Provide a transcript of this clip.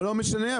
לא משנה,